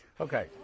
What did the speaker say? Okay